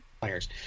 players